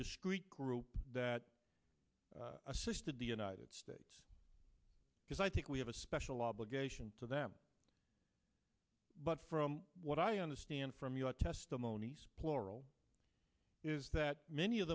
discrete group that assisted the united states because i think we have a special obligation to them but from what i understand from your testimony laurel is that many of